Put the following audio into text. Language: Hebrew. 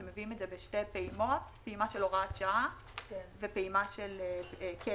אתם מביאים את זה בשתי פעימות פעימה של הוראת שעה ופעימה של קבע.